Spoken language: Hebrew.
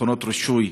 מכונות רישוי,